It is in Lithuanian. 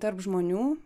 tarp žmonių